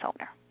owner